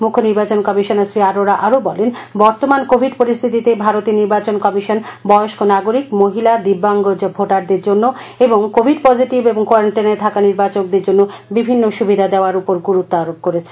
মুখ্য নির্বাচন কমিশনার শ্রী আরোরা আরও বলেন বর্তমান কোভিড পরিস্থিতিতে ভারতের নির্বাচন কমিশন বয়স্ক নাগরিক মহিলা দিব্যাঙ্গন ভোটারদের জন্য এবং কোভিড পজিটিভ এবং কোয়ারেন্টাইনে থাকা নির্বাচকদের জন্য বিভিন্ন সুবিধা দেওয়ার উপর গুরুত্ব আরোপ করেছে